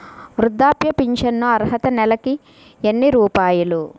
వృద్ధాప్య ఫింఛను అర్హత నెలకి ఎన్ని రూపాయలు?